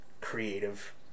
creative